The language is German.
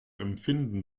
empfinden